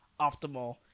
optimal